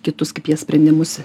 kitus kaip jie sprendimus